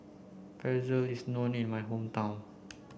Pretzel is known in my hometown